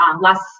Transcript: less